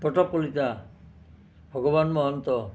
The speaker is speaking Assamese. প্ৰতাপ কলিতা ভগৱান মহন্ত